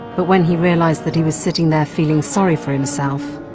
but when he realised that he was sitting there feeling sorry for himself,